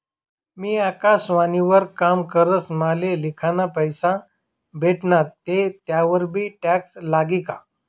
मी आकाशवाणी वर काम करस माले लिखाना पैसा भेटनात ते त्यावर बी टॅक्स लागी का?